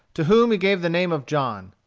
to whom he gave the name of john.